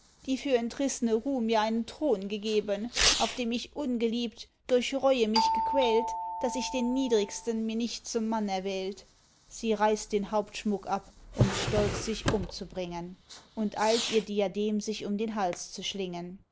die für entrißne ruh mir einen thron gegeben auf dem ich ungeliebt durch reue mich gequält daß ich den niedrigsten mir nicht zum mann erwählt sie reißt den hauptschmuck ab um stolz sich umzubringen und eilt ihr diadem sich um den hals zu schlingen